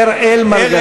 אראל מרגלית.